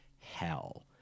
hell